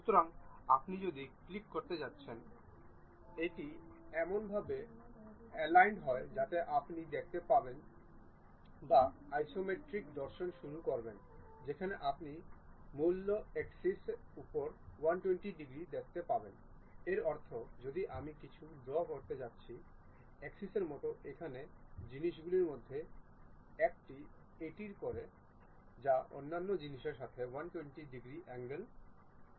সুতরাং আপনি যদি ক্লিক করতে যাচ্ছেন যে এটি এমনভাবে অ্যালাইন্ড হয় যাতে আপনি দেখতে পাবেন বা আইসোমেট্রিক দর্শন শুরু করবেন যেখানে আপনি মূল অ্যাক্সিসের উপর 120 ডিগ্রি দেখতে পাবেন এর অর্থ যদি আমি কিছু ড্রও করতে যাচ্ছি অ্যাক্সিসের মতো এখানে জিনিসগুলির মধ্যে একটি এটি করে যা অন্যান্য জিনিসের সাথে 120 ডিগ্রি অ্যাঙ্গল করে